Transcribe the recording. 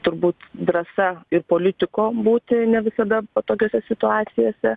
turbūt drąsa ir politiko būti ne visada patogiose situacijose